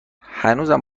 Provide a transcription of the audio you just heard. هنوزم